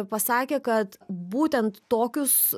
pasakė kad būtent tokius